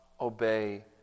obey